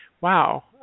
wow